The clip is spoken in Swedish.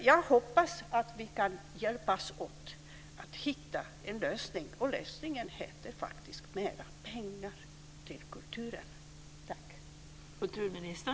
Jag hoppas att vi kan hjälpas åt att hitta en lösning, och lösningen heter faktiskt mera pengar till kulturen.